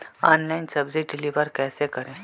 Online सब्जी deliver कैसे करें?